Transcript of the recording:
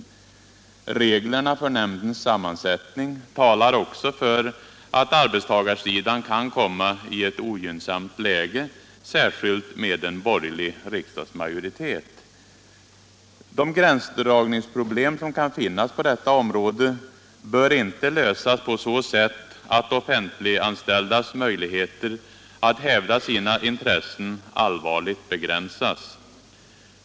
Reglerna för nämndens sammansätt Onsdagen den ning talar också för att arbetstagarsidan kan komma i ett ogynnsamt 9 februari 1977 läge, särskilt med en borgerlig riksdagsmajoritet. ädre De gränsdragningsproblem som kan finnas på detta område bör inte = En särskild politisk lösas på så sätt att offentliganställdas möjligheter att hävda sina intressen — nämnd för allvarligt begränsas.